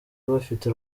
bafite